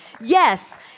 Yes